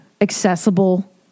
accessible